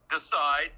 decide